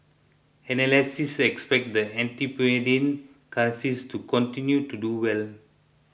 analysts expect the antipodean currencies to continue to do well